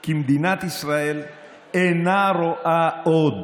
כי מדינת ישראל אינה רואה עוד